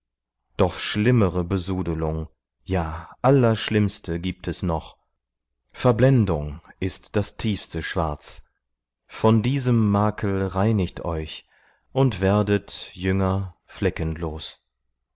doch schlimmere besudelung ja allerschlimmste gibt es noch verblendung ist das tiefste schwarz von diesem makel reinigt euch und werdet jünger fleckenlos